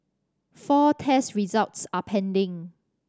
four test results are pending